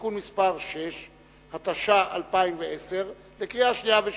(תיקון מס' 6), התש"ע 2010, קריאה שנייה ושלישית.